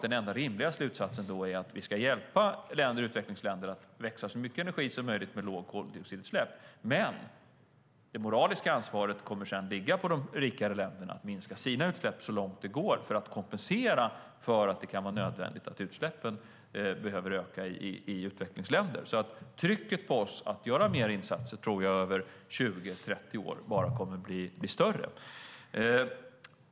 Den enda rimliga slutsatsen är då att vi ska hjälpa utvecklingsländer att växa med så mycket energi som möjligt med låga koldioxidutsläpp. Men det moraliska ansvaret kommer sedan att ligga på de rikare länderna att minska sina utsläpp så långt det går för att kompensera för att det kan vara nödvändigt att utsläppen ökar i utvecklingsländer. Trycket på oss att göra mer insatser över 20-30 år tror jag bara kommer att bli större.